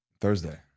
Thursday